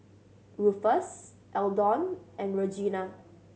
Rufus Eldon and Regina